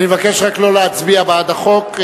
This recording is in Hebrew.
אני מבקש רק לא להצביע בעד החוק.